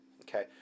okay